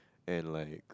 and like